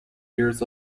years